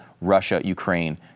Russia-Ukraine